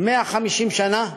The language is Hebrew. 150 שנה,